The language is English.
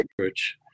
research